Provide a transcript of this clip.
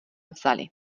vzali